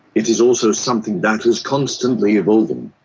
it is also something that is constantly evolving.